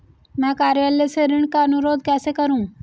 मैं कार्यालय से ऋण का अनुरोध कैसे करूँ?